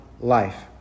life